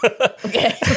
Okay